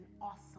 awesome